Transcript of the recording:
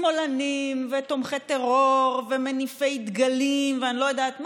"שמאלנים" ו"תומכי טרור" ו"מניפי דגלים" ואני לא יודעת מה,